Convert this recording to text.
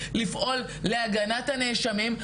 לפעול להגנת הנאשמים,